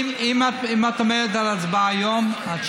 בוז'י, אין טעם, נכון?